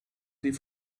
die